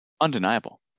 Undeniable